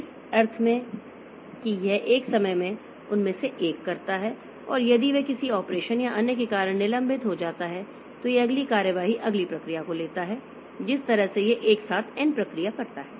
इस अर्थ में कि यह एक समय में उनमें से एक करता है और यदि वह किसी ऑपरेशन या अन्य के कारण निलंबित हो जाता है तो यह अगली कार्रवाई अगली प्रक्रिया को लेता है जिस तरह से यह एक साथ n प्रक्रिया करता है